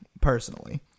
personally